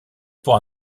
pour